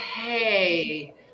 hey